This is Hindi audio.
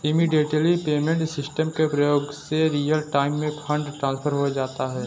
इमीडिएट पेमेंट सिस्टम के प्रयोग से रियल टाइम में फंड ट्रांसफर हो जाता है